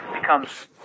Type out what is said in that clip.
becomes